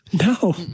No